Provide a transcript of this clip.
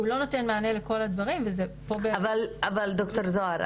הוא לא נותן מענה לכל הדברים וזה --- אבל ד"ר זהר,